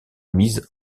mises